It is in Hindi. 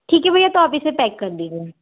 ठीक है भैया तो आप इसे पैक कर दीजिए